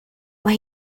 mae